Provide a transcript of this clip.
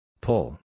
Pull